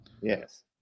Yes